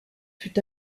fut